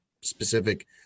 specific